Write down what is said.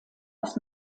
aus